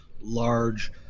large